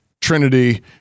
Trinity